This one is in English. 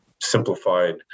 simplified